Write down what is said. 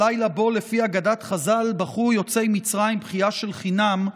הלילה שבו לפי אגדת חז"ל בכו יוצאי מצרים בכייה של חינם,